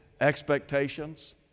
expectations